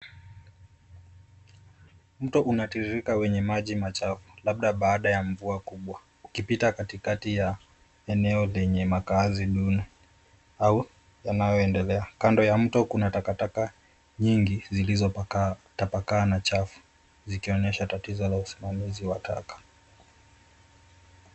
Mto unatiririka wenye maji machafu labda baada ya mvua kubwa ukipita katikati ya eneo lenye makaazi duni au yanoyoendelea. Kando ya mto kuna takataka nyingi zilizotapakaa na chafu zikionyesha tatizo la usimamizi wa taka.